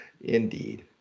Indeed